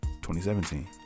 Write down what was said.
2017